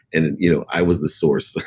and you know i was the source